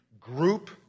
group